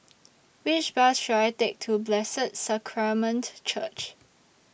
Which Bus should I Take to Blessed Sacrament Church